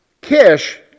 Kish